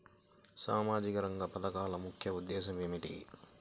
సామాజిక రంగ పథకాల ముఖ్య ఉద్దేశం ఏమిటీ?